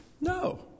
No